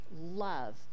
love